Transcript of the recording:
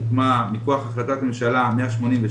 הוקמה מכוח החלטת הממשלה 182,